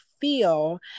feel